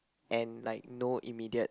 and like no immediate